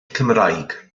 cymraeg